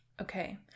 Okay